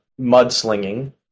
mudslinging